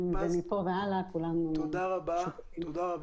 תודה רבה.